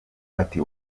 ati